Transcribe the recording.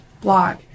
blog